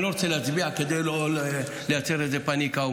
אני לא רוצה להצביע כדי לא לייצר איזה פניקה.